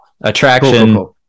attraction